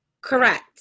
Correct